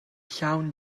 llawn